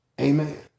amen